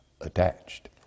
attached